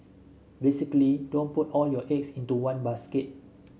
basically don't put all your eggs into one basket